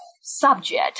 subject